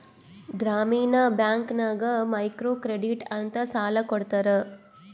ಗ್ರಾಮೀಣ ಬ್ಯಾಂಕ್ ನಾಗ್ micro credit ಅಂತ್ ಸಾಲ ಕೊಡ್ತಾರ